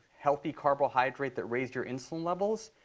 healthy carbohydrate that raised your insulin levels,